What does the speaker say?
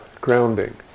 grounding